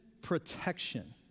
Protection